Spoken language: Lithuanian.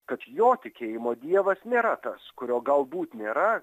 kad jo tikėjimo dievas nėra tas kurio galbūt nėra